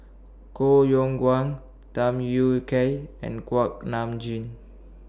Koh Yong Guan Tham Yui Kai and Kuak Nam Jin